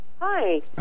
Hi